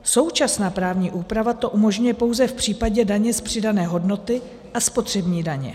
Současná právní úprava to umožňuje pouze v případě daně z přidané hodnoty a spotřební daně.